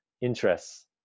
interests